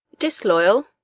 disloyal?